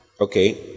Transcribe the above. okay